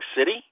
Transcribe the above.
City